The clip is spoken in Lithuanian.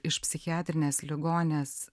iš psichiatrinės ligoninės